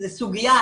זו סוגיה,